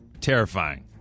terrifying